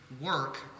work